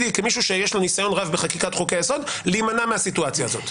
מתנגד לפסקת ההתגברות,